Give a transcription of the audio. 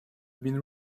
been